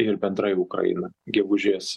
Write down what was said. ir bendrai ukrainą gegužės